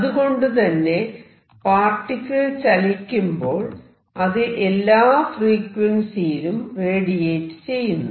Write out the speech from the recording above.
അതുകൊണ്ടുതന്നെ പാർട്ടിക്കിൾ ചലിക്കുമ്പോൾ അത് എല്ലാ ഫ്രീക്വൻസിയിലും റേഡിയേറ്റ് ചെയ്യുന്നു